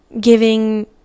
giving